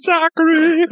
Zachary